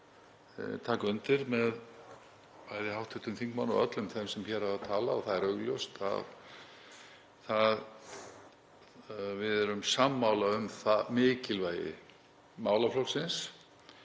taka undir með bæði hv. þingmanni og öllum öðrum sem hér hafa talað og það er augljóst að við erum sammála um mikilvægi málaflokksins.